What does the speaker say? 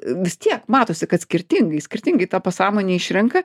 vis tiek matosi kad skirtingai skirtingai ta pasąmonė išrenka